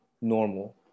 normal